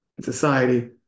society